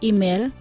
Email